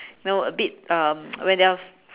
you know a bit um when they are